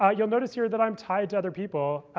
ah you'll notice here that i'm tied to other people.